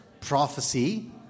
prophecy